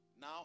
Now